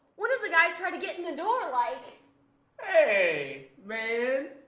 one of the guys tried to get in the door like hey. man.